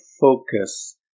focus